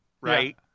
Right